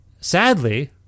sadly